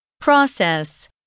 Process